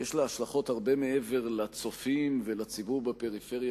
לה השלכות הרבה מעבר לצופים ולציבור בפריפריה